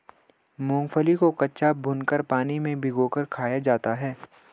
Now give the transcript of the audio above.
मूंगफली को कच्चा, भूनकर, पानी में भिगोकर खाया जाता है